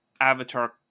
Avatar